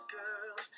girl